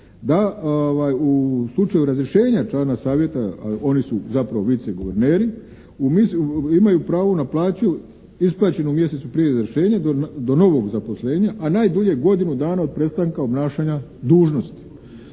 da u slučaju razrješenja člana Savjeta, a oni su zapravo viceguverneri imaju pravo na plaću isplaćenu u mjesecu prije izvršenja do novog zaposlenja, a najdulje godinu dana od prestanka obnašanja dužnosti.